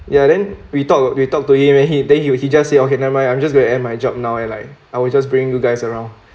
ya then we talk we talk to him then he then he he just say okay never mind I'm just going to end my job now and like I will just bring you guys around